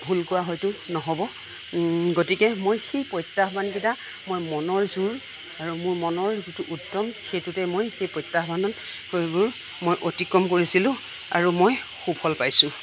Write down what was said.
ভুল কোৱা হয়তো ন'হব গতিকে মই সেই প্ৰত্যাহ্বান কেইটা মই মনৰ জোৰ আৰু মোৰ মনৰ যিটো উদ্যম সেইটোতে মই সেই প্ৰত্যাহ্বানাবোৰ মই অতিক্ৰম কৰিছিলোঁ আৰু মই সুফল পাইছোঁ